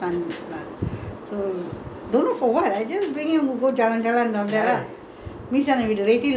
மீசை அண்ணா வீடு:meesai annaa veedu redhill leh இருந்தாரு அப்ப இவனே:irunthaaru appa ivanae bala வே தூக்கிட்டு போனா:vae tookittu ponaa